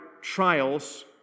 trials